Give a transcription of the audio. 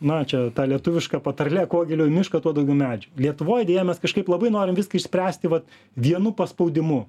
na čia ta lietuviška patarlė kuo giliau į mišką tuo daugiau medžių lietuvoj deja mes kažkaip labai norim viską išspręsti vat vienu paspaudimu